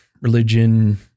religion